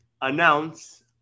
announce